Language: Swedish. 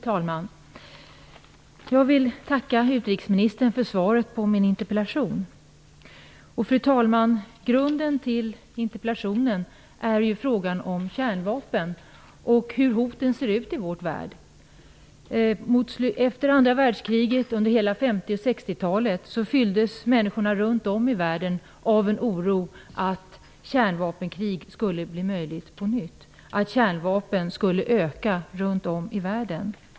Fru talman! Jag vill tacka utrikesministern för svaret på min interpellation. Grunden till interpellationen är frågan hur hotet från kärnvapen ser ut i vår värld. Efter andra världskriget, under hela 50 och 60 talen, fylldes människorna runt om i världen av en oro för att kärnvapenkrig skulle bli möjligt på nytt och att kärnvapnen skulle öka runt om i världen.